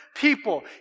people